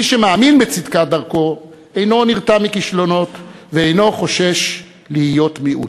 מי שמאמין בצדקת דרכו אינו נרתע מכישלונות ואינו חושש להיות מיעוט,